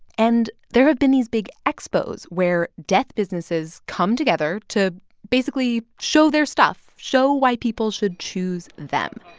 and there have been these big expos where death businesses come together to basically show their stuff, show why people should choose them.